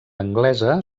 anglesa